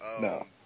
No